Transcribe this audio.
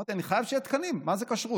אמרתי: אני חייב שיהיו תקנים, מה זה כשרות,